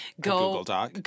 go